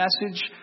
message